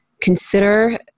consider